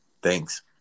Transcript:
Thanks